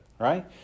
Right